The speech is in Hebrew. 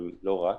אבל לא רק,